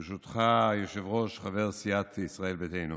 ברשותך, היושב-ראש, חבר סיעת ישראל ביתנו,